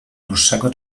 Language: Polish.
dłuższego